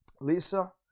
Lisa